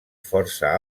força